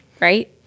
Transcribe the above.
right